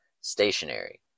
stationary